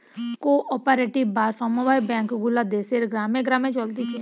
co operative বা সমব্যায় bank গুলা দেশের গ্রামে গ্রামে চলতিছে